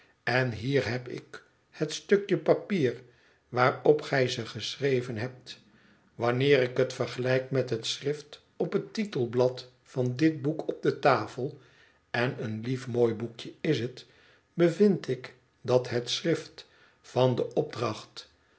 ten hier heb ik het stukje papier waarop gij ze geschreven hebt wanneer ik het vergelijk met het schrift op het titelblad van dit boek op de tafel en een lief mooi boekje is het bevind ik dat het schrift van de opdracht